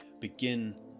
begin